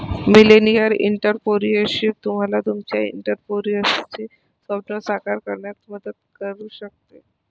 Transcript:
millennial entrepreneurship तुम्हाला तुमचे एंटरप्राइझचे स्वप्न साकार करण्यात मदत करू शकते